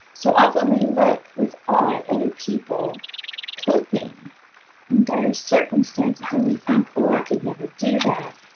so often we look with awe at other people coping in dire circumstances then we think oh i could never do that!